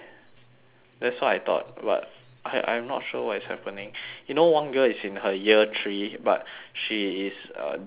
that's what I thought but I I'm not sure what is happening you know one girl is in her year three but she is uh doing